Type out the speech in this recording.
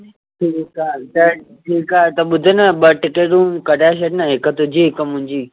ठीकु आहे त ठीकु आहे त ॿुध न ॿ टिकेटूं कढाए छॾि न हिकु तुंहिंजी हिकु मुंहिंजी